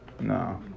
No